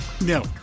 No